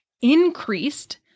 increased